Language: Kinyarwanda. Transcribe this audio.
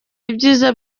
ibyiza